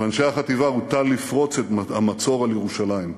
על אנשי החטיבה הוטל לפרוץ את המצור על ירושלים.